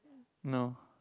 no